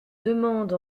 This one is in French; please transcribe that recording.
demande